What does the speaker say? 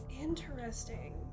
Interesting